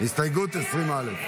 הסתייגות 20 א'.